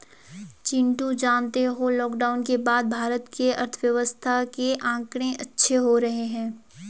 चिंटू जानते हो लॉकडाउन के बाद भारत के अर्थव्यवस्था के आंकड़े अच्छे हो रहे हैं